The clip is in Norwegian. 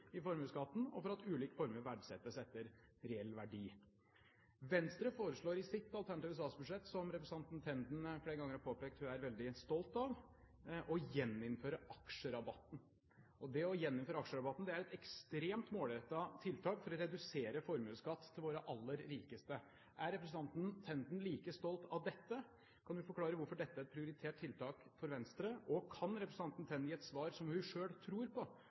i formuesskatten og for at ulike formuer verdsettes etter reell verdi. Venstre foreslår i sitt alternative statsbudsjett, som representanten Tenden flere ganger har påpekt at hun er veldig stolt av, å gjeninnføre aksjerabatten. Å gjeninnføre aksjerabatten er et ekstremt målrettet tiltak for å redusere formuesskatt for våre aller rikeste. Er representanten Tenden like stolt av dette? Og kan hun forklare hvorfor dette er et prioritert tiltak for Venstre? Og kan representanten Tenden gi et svar, som hun selv tror på,